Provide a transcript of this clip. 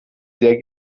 sehr